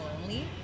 lonely